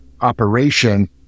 operation